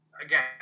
again